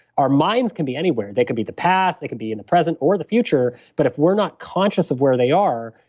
our minds can be anywhere. they could be the past. they can be in the present or the future, but if we're not conscious of where they are,